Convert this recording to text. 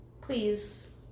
please